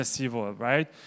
right